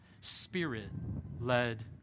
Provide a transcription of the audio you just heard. Spirit-led